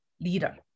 leader